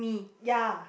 ya